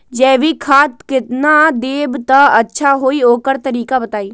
जैविक खाद केतना देब त अच्छा होइ ओकर तरीका बताई?